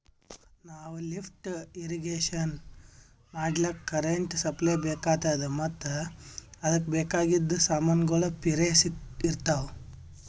ನಾವ್ lift irrigation ಮಾಡ್ಲಕ್ಕ್ current supply ಬೆಕಾತದ್ ಮತ್ತ್ ಅದಕ್ಕ್ ಬೇಕಾಗಿದ್ ಸಮಾನ್ಗೊಳ್ನು ಪಿರೆ ಇರ್ತವ್